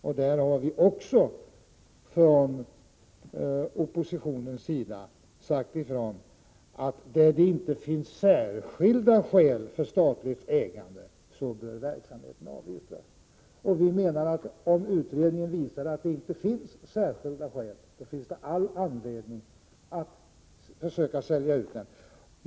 Också här har vi från oppositionens sida sagt ifrån, att då det inte finns särskilda skäl för statligt ägande bör verksamheten avyttras. Om utredningen visar att det inte finns särskilda skäl, finns det all anledning att försöka sälja ut verksamheten.